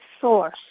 source